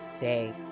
day